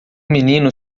menino